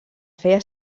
feia